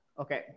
Okay